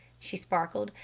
she sparkled,